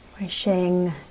Wishing